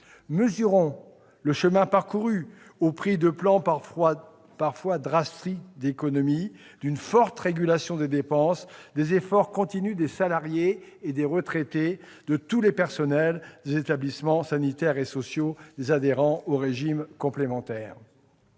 Mesurons le chemin parcouru, au prix de plans d'économies parfois draconiens, d'une forte régulation des dépenses, des efforts continus des salariés, des retraités, de tous les personnels des établissements sanitaires et sociaux et des adhérents aux régimes complémentaires.